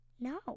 No